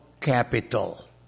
capital